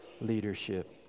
leadership